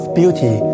beauty